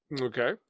Okay